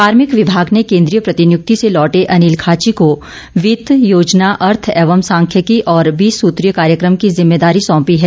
कार्मिक विभाग ने केंद्रीय प्रतिनियुक्ति से लौटे अनिल खाची को वित्त योजना अर्थ एवं सांख्यिकी और बीस सूत्रीय कार्यक्रम की जिम्मेदारी सौंपी है